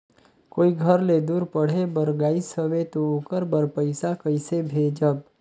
कोई घर ले दूर पढ़े बर गाईस हवे तो ओकर बर पइसा कइसे भेजब?